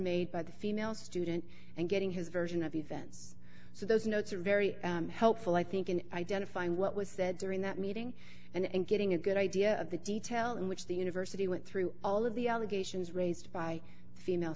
made by the female student and getting his version of events so those notes are very helpful i think in identifying what was said during that meeting and getting a good idea of the detail in which the university went through all of the allegations raised by female